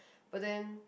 but then